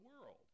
world